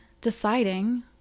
deciding